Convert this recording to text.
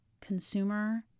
consumer